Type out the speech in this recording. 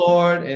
Lord